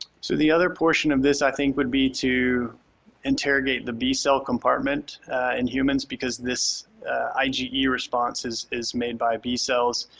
so the other portion of this, i think, would be to interrogate the b-cell compartment in humans because this ige responses is made by b-cells